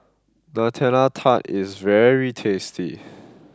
Nutella Tart is very tasty